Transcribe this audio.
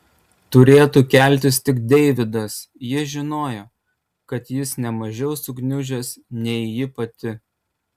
turėtų keltis tik deividas ji žinojo kad jis ne mažiau sugniužęs nei ji pati